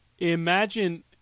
Imagine